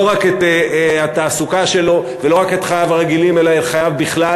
לא רק את התעסוקה שלו ולא רק את חייו הרגילים אלא את חייו בכלל,